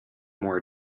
more